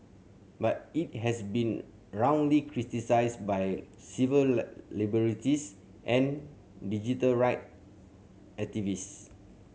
but it has been roundly criticised by civil liberties and digital right activists